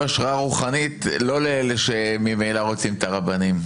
השראה רוחנית לא לאלה שממילא רוצים את הרבנים.